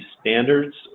standards